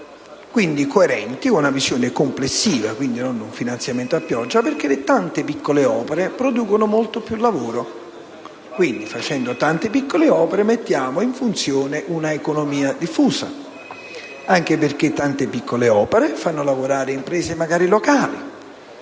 quindi coerenti con una visione complessiva (non finanziamenti a pioggia), perché tante piccole opere producono molto più lavoro. Realizzando tante piccole opere mettiamo quindi in funzione una economia diffusa, anche perché tante piccole opere fanno lavorare magari imprese locali,